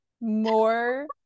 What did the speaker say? more